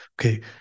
okay